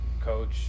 coach